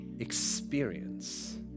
experience